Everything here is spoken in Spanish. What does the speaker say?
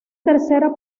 tercera